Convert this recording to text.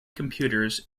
computers